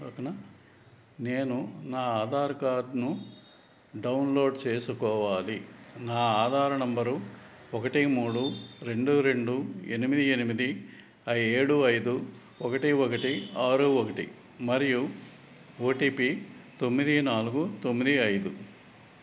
నేను నా ఆధార్ కార్డ్ను డౌన్లోడ్ చేసుకోవాలి నా ఆధార నంబరు ఒకటి మూడు రెండు రెండు ఎనిమిది ఎనిమిది ఆ ఏడు ఐదు ఒకటి ఒకటి ఆరు ఒకటి మరియు ఓటీపీ తొమ్మిది నాలుగు తొమ్మిది ఐదు